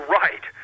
right